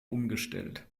umgestellt